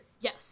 Yes